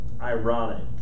ironic